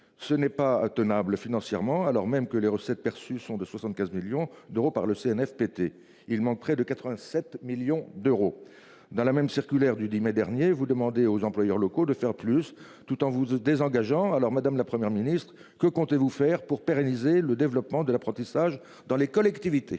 Ce n'est pas tenable financièrement alors même que les recettes perçues sont de 75 millions d'euros par le Cnfpt il manque près de 87 millions d'euros dans la même circulaire du 10 mai dernier, vous demandez aux employeurs locaux de faire plus tout en vous désengageant alors madame, la Première ministre, que comptez-vous faire pour pérenniser le développement de l'apprentissage dans les collectivités.